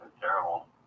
terrible